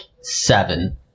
seven